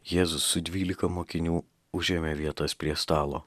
jėzus su dvylika mokinių užėmė vietas prie stalo